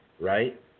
right